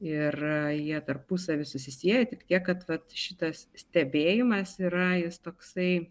ir jie tarpusavy susisieja tik tiek kad vat šitas stebėjimas yra jis toksai